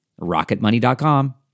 Rocketmoney.com